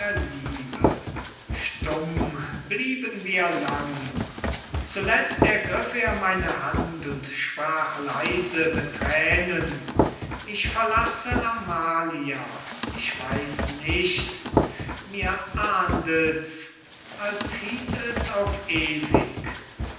liebe stumm blieben wir lang zuletzt ergriff er meine hand und sprach leise mit thränen ich verlasse amalia ich weiß nicht mir ahnets als hieß es auf ewig